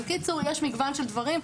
יש מגוון של דברים.